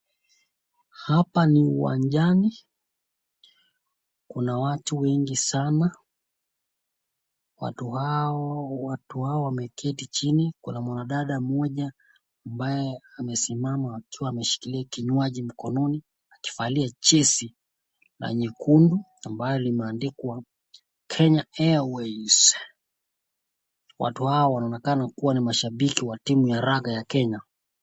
Hapa ni uwanjani. Kuna watu wengi sana. Watu hao, watu hao wameketi chini. Kuna mwanadada mmoja ambaye amesimama akiwa ameshikilia kinywaji mkononi, akivalia jezi la nyekundu ambalo limeandikwa Kenya Airways Watu hao wanaonekana kuwa ni mashabiki wa timu ya raga ya Kenya.